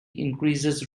increases